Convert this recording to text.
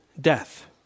death